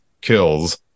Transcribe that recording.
Kills